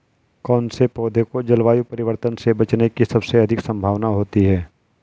कौन से पौधे को जलवायु परिवर्तन से बचने की सबसे अधिक संभावना होती है?